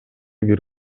бир